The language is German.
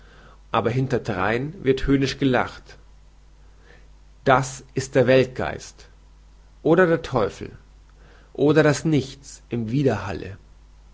aber hinterdrein wird höhnisch gelacht das ist der weltgeist oder der teufel oder das nichts im wiederhalle